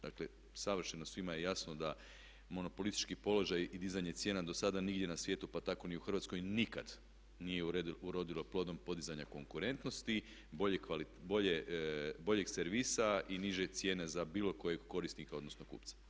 Dakle savršeno svima je jasno da monopolitistički položaj i dizanje cijena do sada nigdje na svijetu pa tako ni u Hrvatskoj nikad nije urodilo plodom podizanja konkurentnosti, boljih servisa i niže cijene za bilo kojeg korisnika, odnosno kupca.